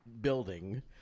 building